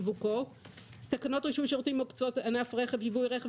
ושיווקו); תקנות רישוי שירותים ומקצועות בענף הרכב (ייבוא רכב